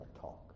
talk